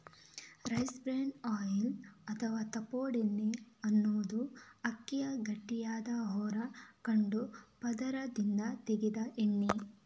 rice bran oil ಅಥವಾ ತವುಡೆಣ್ಣೆ ಅನ್ನುದು ಅಕ್ಕಿಯ ಗಟ್ಟಿಯಾದ ಹೊರ ಕಂದು ಪದರದಿಂದ ತೆಗೆದ ಎಣ್ಣೆ